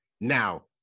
Now